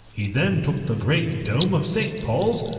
he then took the great dome of st. paul's,